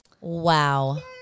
Wow